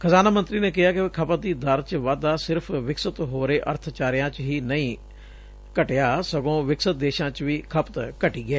ਖਜਾਨਾ ਮੰਤਰੀ ਨੇ ਕਿਹਾ ਕਿ ਖਪਤ ਦੀ ਦਰ ਚ ਵਾਧਾ ਸਿਰਫ ਵਿਕਸਤ ਹੋ ਰਹੇ ਅਰਬਚਾਰਿਆਂ ਚ ਹੀ ਘੱਟ ਨਹੀ ਹੋਇਆ ਸਗੋ ਵਿਕਤ ਦੇਸ਼ਾ ਚ ਵੀ ਖਪਤ ਘਟੀ ਏ